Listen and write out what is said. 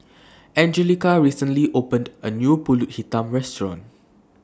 Angelica recently opened A New Pulut Hitam Restaurant